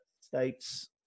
states